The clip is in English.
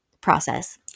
process